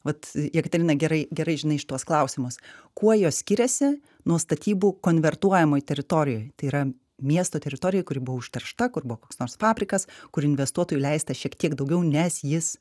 vat jekaterina gerai gerai žinai šituos klausimus kuo jos skiriasi nuo statybų konvertuojamoj teritorijoj tai yra miesto teritorijoj kuri buvo užteršta kur buvo koks nors fabrikas kur investuotojui leista šiek tiek daugiau nes jis